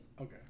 Okay